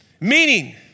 Meaning